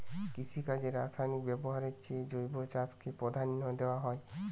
কৃষিকাজে রাসায়নিক ব্যবহারের চেয়ে জৈব চাষকে প্রাধান্য দেওয়া হয়